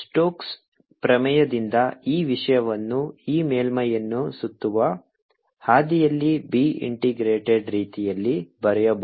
Stokes ಪ್ರಮೇಯದಿಂದ ಈ ವಿಷಯವನ್ನು ಈ ಮೇಲ್ಮೈಯನ್ನು ಸುತ್ತುವ ಹಾದಿಯಲ್ಲಿ B ಇಂಟಿಗ್ರೇಟೆಡ್ ರೀತಿಯಲ್ಲಿ ಬರೆಯಬಹುದು